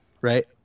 Right